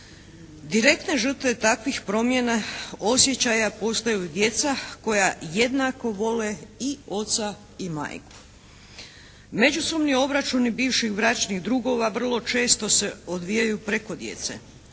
Direktne žrtve takvih promjena osjećaja postaju djeca koja jednako vole i oca i majku. Međusobni obračuni bivših bračnih drugova vrlo često se odvijaju preko djece.